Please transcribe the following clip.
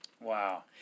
Wow